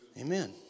Amen